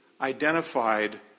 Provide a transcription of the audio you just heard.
identified